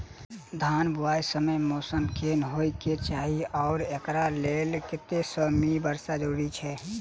धान बुआई समय मौसम केहन होइ केँ चाहि आ एकरा लेल कतेक सँ मी वर्षा जरूरी छै?